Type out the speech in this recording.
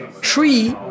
tree